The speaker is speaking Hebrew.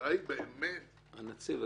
המטרה היא באמת --- הנציב,